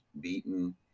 beaten